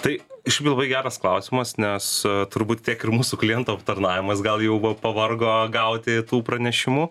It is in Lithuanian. tai iš tikrųjų labai geras klausimas nes turbūt tiek ir mūsų klientų aptarnavimas gal buvo pavargo gauti tų pranešimų